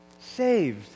saved